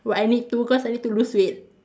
will I need to cause I need to lose weight